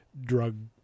drug